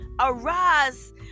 arise